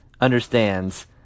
understands